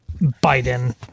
biden